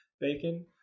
bacon